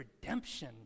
redemption